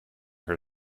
her